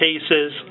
cases